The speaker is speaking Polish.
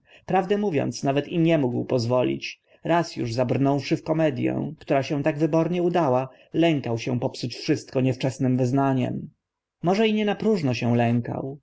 prawdę mówiąc nawet i nie mógł pozwolić raz uż zabrnąwszy w komedię która się tak wybornie udała lękał się popsuć wszystko niewczesnym wyznaniem może i nie na próżno się lękał